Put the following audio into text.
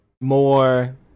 more